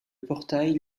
portail